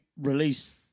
release